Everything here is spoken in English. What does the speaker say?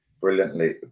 brilliantly